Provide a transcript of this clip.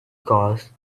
causes